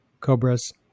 cobras